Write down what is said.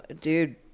dude